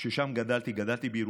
ששם גדלתי, גדלתי בירוחם.